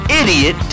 idiot